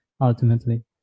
ultimately